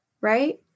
right